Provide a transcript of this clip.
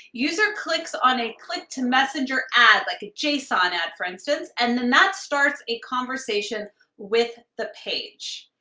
user clicks on a click to messenger ad, like a json ad for instance, and then that starts a conversation with the page.